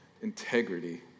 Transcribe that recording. integrity